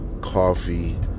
coffee